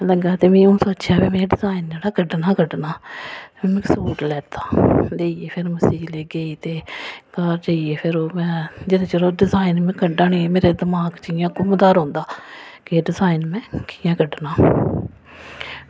लग्गा ते में सोचेआ भाई में डिजाइन जेह्ड़ा कड्डना गै कड्डना फिर में सूट लैत्ता लेइयै फिर में सीने लेई गेई ते घर जाइयै फिर ओह् में जिन्नै चिर ओह् डिजाइन में कड्डां नेईं मेरे दमाक च इ'यां घूमदा रौंह्दा के एह् डिजाइन में कि'यां क'ड्डना